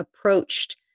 approached